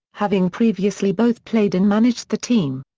having previously both played and managed the team.